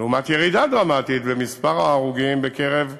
לעומת ירידה דרמטית במספר ההרוגים בקרב הנהגים,